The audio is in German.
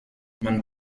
man